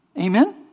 Amen